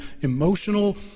emotional